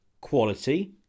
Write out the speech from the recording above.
quality